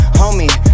homie